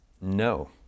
No